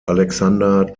alexander